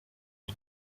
les